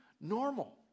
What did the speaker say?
normal